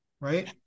right